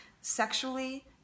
sexually